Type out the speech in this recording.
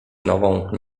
nową